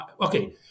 Okay